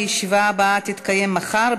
הישיבה הבאה תתקיים מחר,